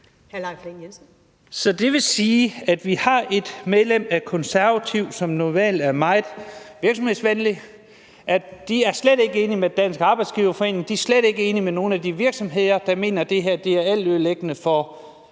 Så det vil sige, at vi har et medlem af Det Konservative Folkeparti, der normalt er meget virksomhedsvenlige, som siger, at de slet ikke er enige med Dansk Arbejdsgiverforening, at de slet ikke er enige med nogen af de virksomheder, der mener, at det her er altødelæggende for